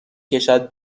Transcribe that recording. کشد